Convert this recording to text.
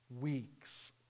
weeks